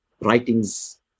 writings